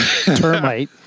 termite